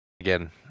Again